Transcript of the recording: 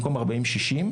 במקום 40 - 60.